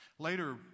Later